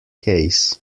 case